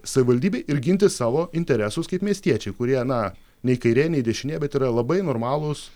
savivaldybėj ir ginti savo interesus kaip miestiečiai kurie na nei kairė nei dešinė bet yra labai normalūs